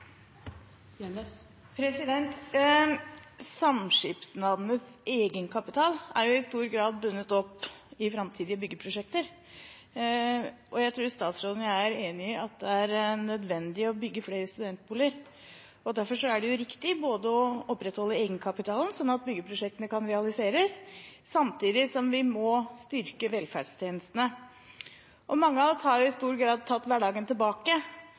Samskipnadenes egenkapital er jo i stor grad bundet opp i framtidige byggeprosjekter. Jeg tror statsråden og jeg er enige om at det er nødvendig å bygge flere studentboliger. Derfor er det riktig å opprettholde egenkapitalen, sånn at byggeprosjektene kan realiseres, samtidig som vi må styrke velferdstjenestene. Mange av oss har i stor grad tatt hverdagen tilbake,